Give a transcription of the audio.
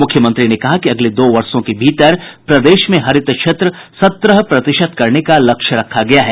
मुख्यमंत्री ने कहा कि अगले दो वर्षो के भीतर प्रदेश में हरित क्षेत्र सत्रह प्रतिशत करने का लक्ष्य रखा गया है